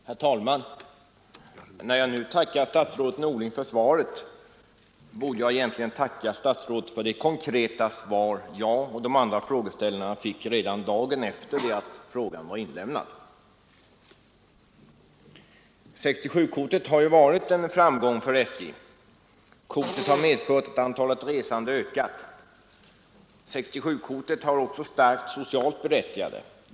Herr talman! När jag nu tackar statsrådet Norling för svaret borde jag egentligen tacka för det konkreta svar jag och de andra frågeställarna fick redan dagen efter det att frågorna inlämnats. 67-kortet har varit en framgång för SJ. Det har medfört att antalet resande ökat, och kortet har också ett starkt socialt berättigande.